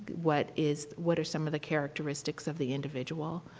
what is what are some of the characteristics of the individual?